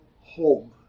home